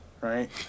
right